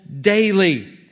Daily